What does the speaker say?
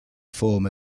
form